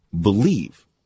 believe